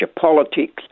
politics